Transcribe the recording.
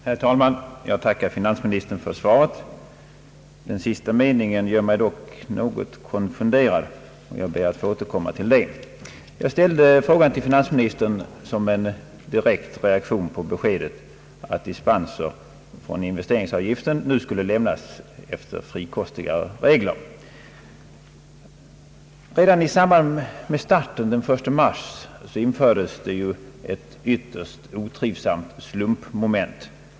Herr talman! Jag ber att få tacka finansministern för svaret. Den sista meningen gör mig dock något konfunderad. Jag ber att få återkomma till det. Jag ställde frågan till finansministern som en direkt reaktion på beskedet att dispenser från investeringsavgiften nu skulle lämnas efter frikostigare regler. Redan i samband med starten den 1 mars infördes ett ytterst otrivsamt slumpmoment.